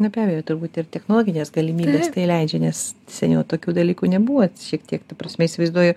na be abejo turbūt ir technologinės galimybės tai leidžia nes seniau tokių dalykų nebuvo šiek tiek ta prasme įsivaizduoju